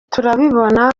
turabibona